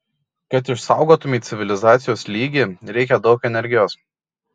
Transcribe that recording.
kad išsaugotumei civilizacijos lygį reikia daug energijos